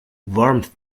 warmth